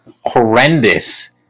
horrendous